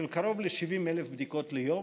של קרוב ל-70,000 בדיקות ליום.